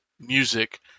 music